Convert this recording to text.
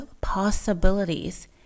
possibilities